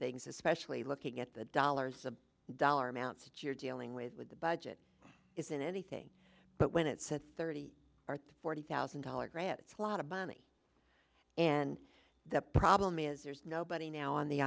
things especially looking at the dollars a dollar amounts to you're dealing with with the budget isn't anything but when it said thirty or forty thousand dollars grant it's a lot of money and the problem is there's nobody now on the